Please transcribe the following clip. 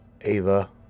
Ava